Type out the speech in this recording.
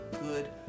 good